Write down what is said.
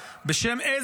הינה,